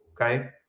okay